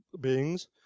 beings